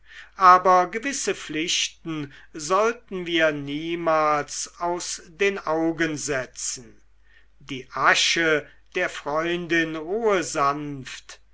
aber gewisse pflichten sollten wir niemals aus den augen setzen die asche der freundin ruhe sanft